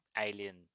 alien